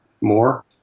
more